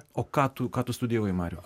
o ką tu ką tu studijavai mariau